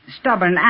stubborn